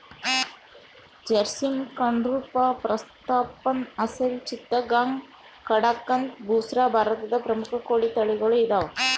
ಜರ್ಸಿಮ್ ಕಂರೂಪ ಪ್ರತಾಪ್ಧನ್ ಅಸೆಲ್ ಚಿತ್ತಗಾಂಗ್ ಕಡಕಂಥ್ ಬುಸ್ರಾ ಭಾರತದ ಪ್ರಮುಖ ಕೋಳಿ ತಳಿಗಳು ಇದಾವ